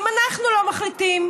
גם אנחנו לא מחליטים.